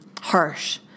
harsh